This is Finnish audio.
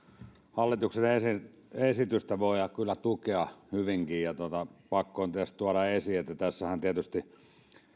hallituksen esitystä voi kyllä tukea hyvinkin ja pakko on tietysti tuoda esiin että tässähän tietysti